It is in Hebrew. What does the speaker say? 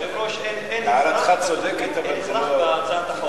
הערתך צודקת, אבל זה לא נכון.